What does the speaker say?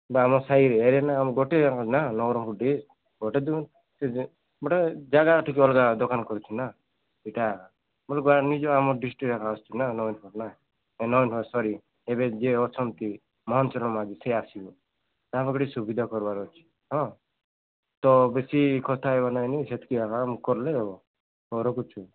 ବା ଆମ ସାହିରେ ଏରିଆ ନା ଆମ ଗୋଟେ ନା ନବରଙ୍ଗପୁର ଗୋଟେ ସେ ଗୋଟେ ଜାଗା ଟିକେ ଅଲଗା ଦୋକାନ କରିଛୁ ନା ଏଇଟା ମୋ ନିଜ ଆମ ଡିଷ୍ଟ୍ରିକ୍ଟରେ ଆସୁଛି ନା ସରି ଏବେ ଯିଏ ଅଛନ୍ତି ମହେଶ୍ୱର ମାଝି ସେ ଆସିବେ ତାଙ୍କ ଏତେ ସୁବିଧା କରିବାର ଅଛି ହଁ ତ ବେଶୀ କଥା ହେବ ନାହିଁ ସେତିକି ହେଲା ମୁୁଁ କଲେ ରଖୁଛୁ